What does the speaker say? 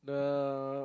the